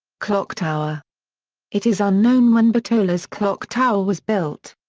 clock tower it is unknown when bitola's clock tower was built.